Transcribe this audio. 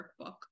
workbook